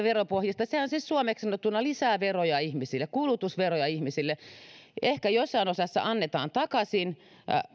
veropohjista sehän siis suomeksi sanottuna lisää veroja ihmisille kulutusveroja ihmisille ehkä jossain osassa annetaan takaisin